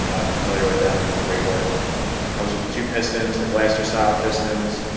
and i'm familiar with them. they do great work comes with two pistons their blaster style pistons